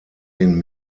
den